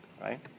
right